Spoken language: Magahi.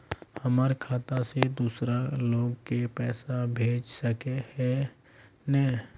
हमर खाता से दूसरा लोग के पैसा भेज सके है ने?